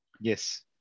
Yes